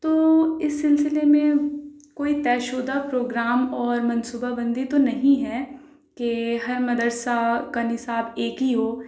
تو اِس سلسلے میں کوئی طے شدّہ پروگرام اور منصوبہ بندی تو نہیں ہے کہ ہر مدرسہ کا نصاب ایک ہی ہو